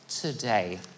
today